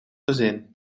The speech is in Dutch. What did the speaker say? gezin